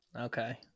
Okay